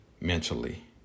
mentally